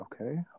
Okay